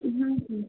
हाँ